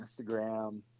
Instagram